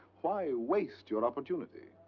why waste your opportunity?